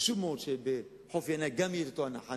חשוב מאוד שגם בחוף בית-ינאי תהיה אותה הנחה.